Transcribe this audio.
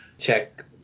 check